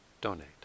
donate